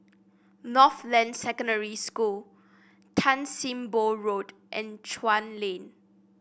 Northland Secondary School Tan Sim Boh Road and Chuan Lane